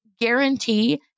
guarantee